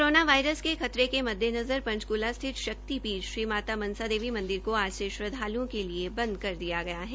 corona virus के खतरे के मद्देनज़र पंचकूला स्थित शक्ति पीठ श्री माता मनसा देवी मंदिर को आज से श्रद्धालुओ के लिए बंद कर दिया गया है